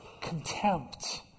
contempt